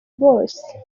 bose